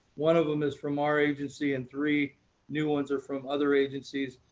one of them is from our agency, and three new ones are from other agencies.